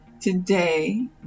Today